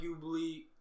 arguably